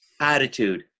attitude